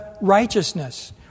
righteousness